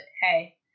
hey